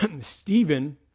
Stephen